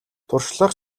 туршлага